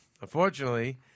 Unfortunately